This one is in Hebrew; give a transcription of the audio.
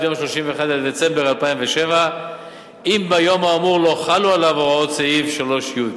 יום 31 בדצמבר 2007 אם ביום האמור לא חלו עליו הוראות סעיף 3(י).